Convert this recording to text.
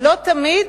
לא תמיד,